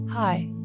Hi